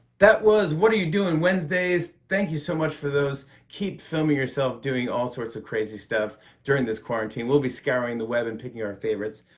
that was what are you doing wednesdays. thank you so much for those. keep filming yourself doing all sorts of crazy stuff during this quarantine. we'll be scouring the web and picking our favorites.